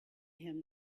him